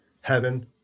heaven